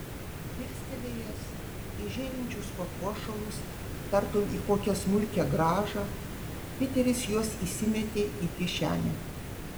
dirstelėjęs į žėrinčius papuošalus tartum į kokią smulkią grąžą piteris juos įsimetė į kišenę